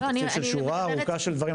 זה התקציב של שורה ארוכה של דברים.